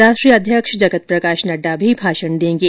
राष्ट्रीय अध्यक्ष जगत प्रकाश नड्डा भी भाषण देंगे